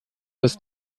das